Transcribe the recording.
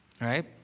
right